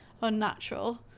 unnatural